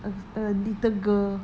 a little girl